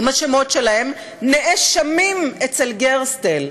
עם השמות שלהם, נאשמים אצל גרסטל.